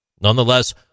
Nonetheless